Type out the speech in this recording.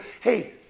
Hey